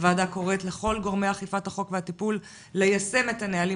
הוועדה קוראת לכל גורמי אכיפת החוק והטיפול ליישם את הנהלים